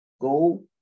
Go